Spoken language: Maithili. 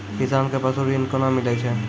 किसान कऽ पसु ऋण कोना मिलै छै?